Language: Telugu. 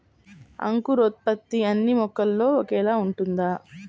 అంకురోత్పత్తి అన్నీ మొక్కలో ఒకేలా ఉంటుందా?